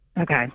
Okay